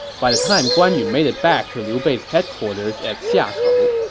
by the time guan yu made it back to liu bei's headquarters at xiakou,